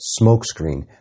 smokescreen